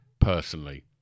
personally